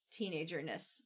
teenagerness